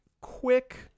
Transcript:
Quick